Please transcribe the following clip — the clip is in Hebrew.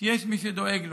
שיש מי שדואג לו.